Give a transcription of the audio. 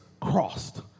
crossed